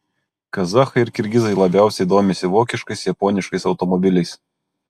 kazachai ir kirgizai labiausiai domisi vokiškais japoniškais automobiliais